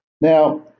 Now